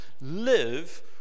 live